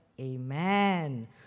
Amen